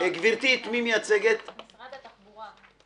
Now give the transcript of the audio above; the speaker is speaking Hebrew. אני ממשרד התחבורה.